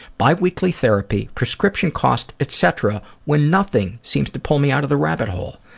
bi-weekly therapy, prescription costs, etc. when nothing seems to pull me out of the rabbit hole?